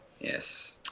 Yes